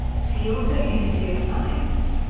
see also unity of science.